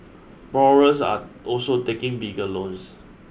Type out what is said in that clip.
borrowers are also taking bigger loans